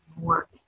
more